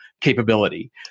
capability